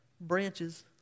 branches